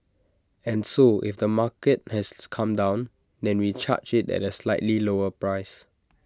and so if the market has come down then we charge IT at A slightly lower price